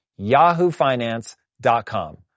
Yahoofinance.com